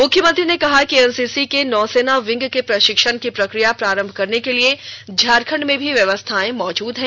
मुख्यमंत्री ने कहा कि एनसीसी के नौसेना विंग के प्रशिक्षण की प्रक्रिया प्रारंभ करने के लिए झारखण्ड में भी व्यवस्थाएं मौजूद हैं